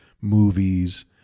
movies